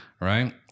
Right